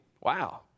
Wow